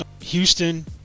Houston